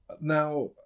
Now